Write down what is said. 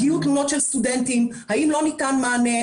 הגיעו תלונות של סטודנטים, האם לא ניתן מענה?